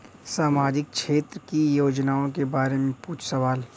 सामाजिक क्षेत्र की योजनाए के बारे में पूछ सवाल?